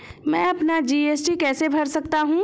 मैं अपना जी.एस.टी कैसे भर सकता हूँ?